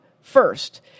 first